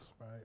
right